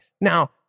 now